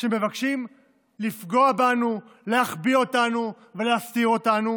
שמבקשים לפגוע בנו, להחביא אותנו ולהסתיר אותנו,